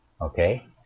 Okay